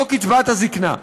זו קצבת הזיקנה.